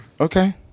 Okay